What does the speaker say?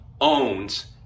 owns